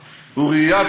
השנייה.